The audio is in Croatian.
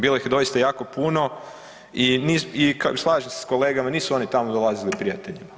Bilo ih je doista jako puno i slažem se s kolegama nisu oni tamo dolazili prijateljima.